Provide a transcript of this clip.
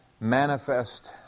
manifest